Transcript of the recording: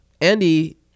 Andy